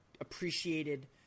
appreciated